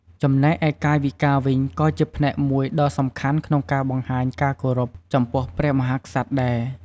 ចំណែកឯកាយវិការវិញក៏ជាផ្នែកមួយដ៏សំខាន់ក្នុងការបង្ហាញការគោរពចំពោះព្រះមហាក្សត្រដែរ។